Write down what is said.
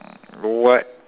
what